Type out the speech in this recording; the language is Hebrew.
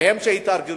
הם אלה שהתארגנו.